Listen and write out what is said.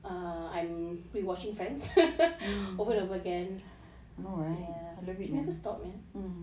err I'm re-watching friends over and over again can never stop man